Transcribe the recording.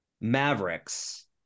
Mavericks